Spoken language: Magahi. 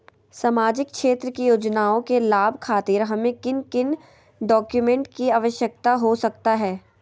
सामाजिक क्षेत्र की योजनाओं के लाभ खातिर हमें किन किन डॉक्यूमेंट की आवश्यकता हो सकता है?